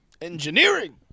engineering